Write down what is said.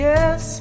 Yes